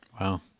Wow